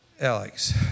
Alex